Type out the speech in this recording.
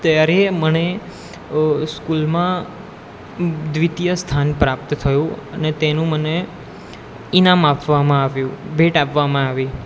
ત્યારે મને સ્કૂલમાં દ્વિતીય સ્થાન પ્રાપ્ત થયું અને તેનું મને ઈનામ આપવામાં આવ્યું ભેટ આપવામાં આવી